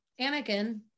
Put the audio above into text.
Anakin